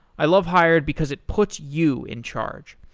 i love hired because it puts you in charge.